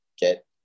get